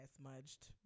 smudged